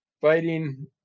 fighting